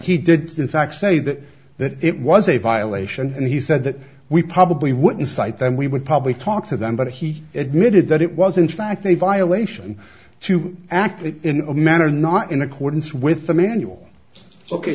he did in fact say that that it was a violation and he said that we probably would incite them we would probably talk to them but he admitted that it was in fact they violation to act in a manner not in accordance with the manual ok